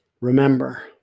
Remember